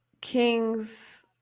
Kings